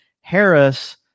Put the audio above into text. Harris